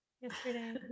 yesterday